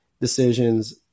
decisions